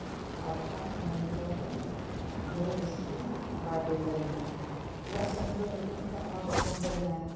ᱟᱨ ᱵᱟᱝᱠᱷᱟᱱ ᱱᱤᱭᱚᱢ ᱫᱷᱚᱨᱚᱢ ᱫᱚ ᱱᱩᱭ ᱫᱚ ᱵᱮᱥ ᱜᱮ ᱵᱟᱭ ᱞᱟᱹᱭ ᱫᱟᱲᱮᱭᱟᱜᱼᱟ ᱪᱮᱫᱟᱜ ᱥᱮ ᱩᱱᱤ ᱫᱚ ᱠᱟᱹᱴᱤᱡ ᱠᱷᱚᱱ ᱚᱱᱟᱛᱷ ᱟᱥᱥᱨᱚᱢ ᱢᱮᱱᱟᱭᱟ